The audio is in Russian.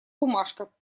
бумажка